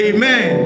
Amen